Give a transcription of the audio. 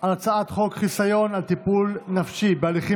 על הצעת חוק חיסיון על טיפול נפשי בהליכים